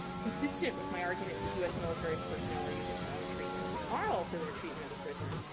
consistent with my argument that us military personnel are using their own treatment as a model for their treatment of the prisoners,